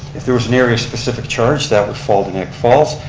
if there was an area specific charge that would fall to niagara falls.